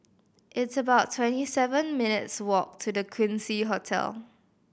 it's about twenty seven minutes' walk to The Quincy Hotel